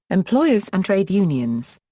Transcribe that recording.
employers and trade unions.